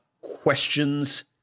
questions